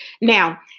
Now